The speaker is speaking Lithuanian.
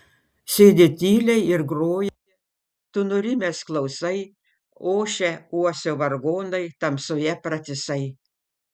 sėdi tyliai ir groja tu nurimęs klausai ošia uosio vargonai tamsoje pratisai